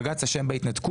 בג"צ אשם בהתנתקות,